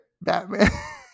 Batman